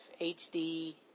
HD